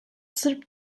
sırp